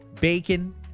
bacon